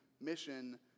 mission